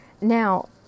Now